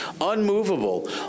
unmovable